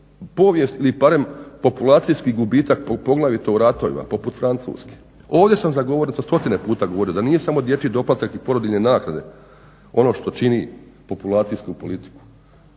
povijest ili barem populacijski gubitak poglavito u ratovima, poput Francuske. Ovdje sam za govornicom stotine puta govorio da nije samo dječji doplatak i porodiljne naknade ono što čini populacijsku politiku,